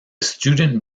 student